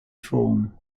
form